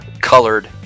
colored